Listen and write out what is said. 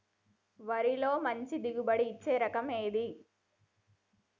వరిలో మంచి దిగుబడి ఇచ్చే రకం ఏది?